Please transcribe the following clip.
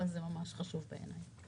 אבל זה ממש חשוב לי.